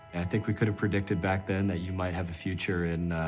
i think we could've predicted back then that you might have a future in,